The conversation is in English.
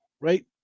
right